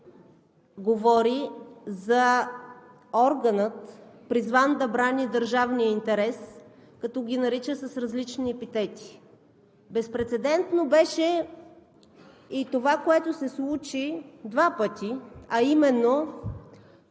говори за органа, призван да брани държавния интерес, като ги нарича с различни епитети. Безпрецедентно беше и това, което се случи два пъти, а именно